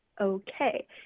okay